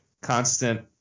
constant